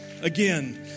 Again